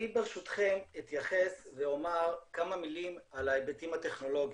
אני ברשותכם אתייחס ואומר כמה מילים על ההיבטים הטכנולוגיים.